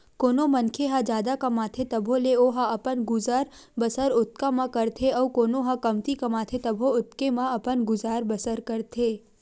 कोनो मनखे ह जादा कमाथे तभो ले ओहा अपन गुजर बसर ओतका म करथे अउ कोनो ह कमती कमाथे तभो ओतके म अपन गुजर बसर करथे